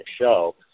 show